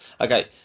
Okay